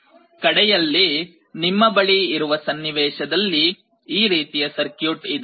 ಕಡೆಯಲ್ಲಿ ನಿಮ್ಮ ಬಳಿ ಇರುವ ಸನ್ನಿವೇಶದಲ್ಲಿ ಈ ರೀತಿಯ ಸರ್ಕ್ಯೂಟ್ ಇದೆ